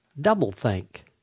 double-think